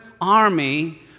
army